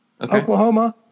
Oklahoma